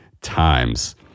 times